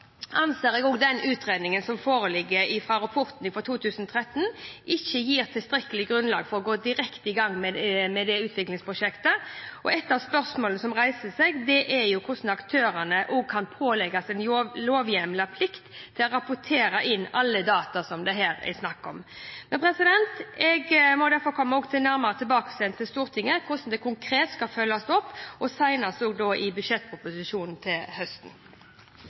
anser jeg at den utredningen, den rapporten, som foreligger fra 2013, ikke gir tilstrekkelig grunnlag for å gå direkte i gang med det utviklingsprosjektet, og et av spørsmålene som reiser seg, er hvordan aktørene også kan pålegges en lovhjemlet plikt til å rapportere inn alle data som det her er snakk om. Jeg må derfor komme nærmere tilbake til Stortinget med hvordan dette konkret skal følges opp, og senest i budsjettproposisjonen til høsten.